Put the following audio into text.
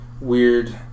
weird